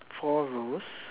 four rows